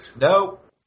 Nope